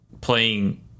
playing